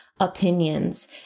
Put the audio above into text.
opinions